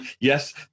yes